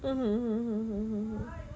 mmhmm mmhmm mmhmm